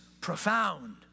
profound